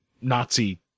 Nazi